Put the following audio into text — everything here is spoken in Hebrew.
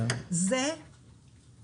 זה השורש הרע.